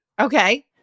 okay